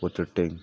water tank